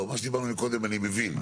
לא, מה שדיברנו קודם אני מבין.